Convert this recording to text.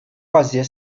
fazia